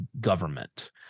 government